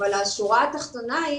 אבל השורה התחתונה היא